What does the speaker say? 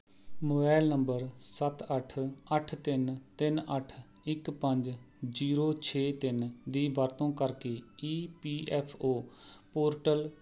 mobile number ਸੱਤ ਅੱਠ ਅੱਠ ਤਿੰਨ ਤਿੰਨ ਅੱਠ ਇੱਕ ਪੰਜ ਜ਼ੀਰੋ ਛੇ ਤਿੰਨ ਦੀ ਵਰਤੋਂ ਕਰਕੇ E P F O portal